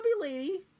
lady